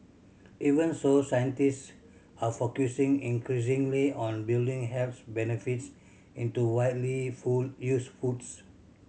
even so scientist are focusing increasingly on building health benefits into widely used foods